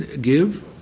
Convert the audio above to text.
give